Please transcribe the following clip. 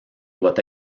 doit